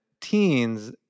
teens